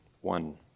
one